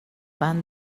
pan